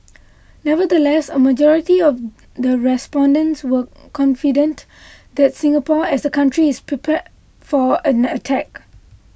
nevertheless a majority of the respondents were confident that Singapore as a country is prepared for an attack